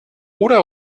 oder